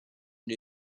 new